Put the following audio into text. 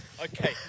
Okay